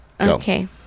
okay